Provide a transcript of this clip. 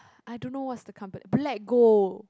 I don't know what's the compa~ Black Gold